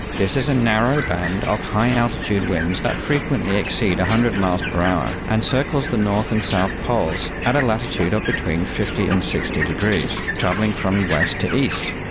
this is a narrow band of high altitude winds that frequently exceed one hundred miles per hour, and circles the north and south poles at a latitude of between fifty and sixty degrees, travelling from west to east.